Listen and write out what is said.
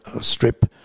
strip